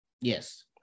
Yes